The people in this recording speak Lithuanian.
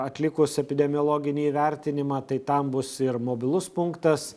atlikus epidemiologinį įvertinimą tai tam bus ir mobilus punktas